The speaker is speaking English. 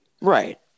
Right